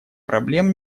проблем